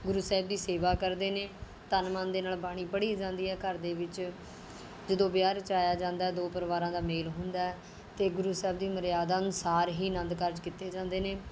ਗੁਰੂ ਸਾਹਿਬ ਦੀ ਸੇਵਾ ਕਰਦੇ ਨੇ ਤਨੁ ਮਨੁ ਦੇ ਨਾਲ ਬਾਣੀ ਪੜ੍ਹੀ ਜਾਂਦੀ ਹੈ ਘਰ ਦੇ ਵਿੱਚ ਜਦੋਂ ਵਿਆਹ ਰਚਾਇਆ ਜਾਂਦਾ ਦੋ ਪਰਿਵਾਰਾਂ ਦਾ ਮੇਲ ਹੁੰਦਾ ਅਤੇ ਗੁਰੂ ਸਾਹਿਬ ਦੀ ਮਰਿਆਦਾ ਅਨੁਸਾਰ ਹੀ ਆਨੰਦ ਕਾਰਜ ਕੀਤੇ ਜਾਂਦੇ ਨੇ